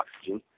oxygen